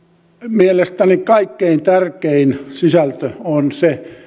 mielestäni kaikkein tärkein sisältö on se